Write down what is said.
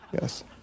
Yes